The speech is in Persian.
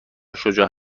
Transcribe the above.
شجاع